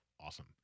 awesome